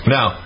Now